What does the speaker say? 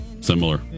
Similar